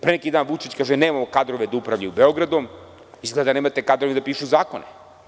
Pre neki dan Vučić kaže nemamo kadrove da upravljaju Beogradom, a izgleda nemate kadrove da pišu zakone.